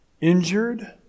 injured